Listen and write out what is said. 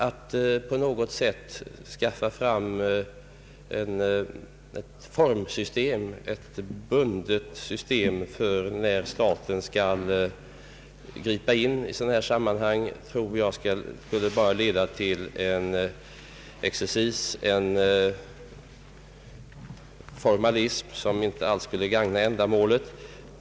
Att på något sätt skapa ett bundet system för hur staten skall gripa in i sådana här sammanhang tror jag bara skulle leda till en exercis, en formalism, som inte alls skulle gagna ändamålet.